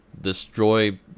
destroy